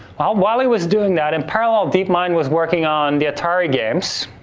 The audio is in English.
while while he was doing that, in parallel, deep mind was working on the atari games.